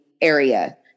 area